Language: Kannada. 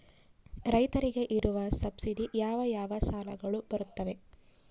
ರೈತರಿಗೆ ಇರುವ ಸಬ್ಸಿಡಿ ಯಾವ ಯಾವ ಸಾಲಗಳು ಬರುತ್ತವೆ?